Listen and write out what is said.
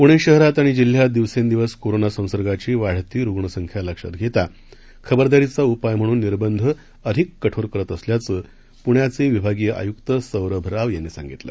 पुणे शहरात आणि जिल्ह्यात दिवसेंदिवस कोरोना संसर्गाची वाढती रुग्णसंख्या लक्षात घेता खबरदारीचा उपाय म्हणून निर्बंध अधिक कठोर करत असल्याचं पुण्याचे विभागीय आयुक्त सौरभ राव यांनी सांगितलं